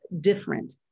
different